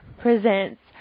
presents